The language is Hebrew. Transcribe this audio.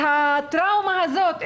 את הטראומה הזאת,